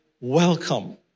welcome